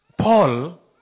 Paul